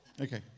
okay